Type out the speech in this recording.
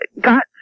got